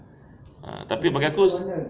ah tapi bagi aku